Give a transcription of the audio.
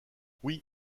oui